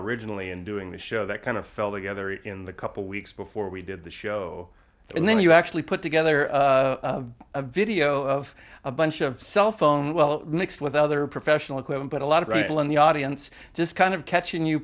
originally in doing the show that kind of fell together in the couple weeks before we did the show and then you actually put together a video of a bunch of cellphone well mixed with other professional equipment but a lot of writing on the audience just kind of catching you